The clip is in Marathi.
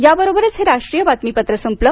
याबरोबरच हे राष्ट्रीय बातमीपत्र संपलं